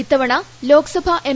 ഇത്തവണ ലോക്സഭാ എം